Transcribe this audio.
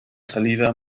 salida